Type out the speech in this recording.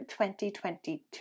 2022